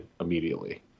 immediately